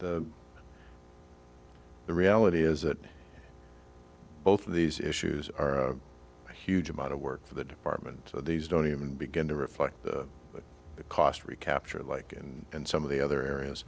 concern the reality is that both of these issues are a huge amount of work for the department of these don't even begin to reflect the cost recapture like and and some of the other areas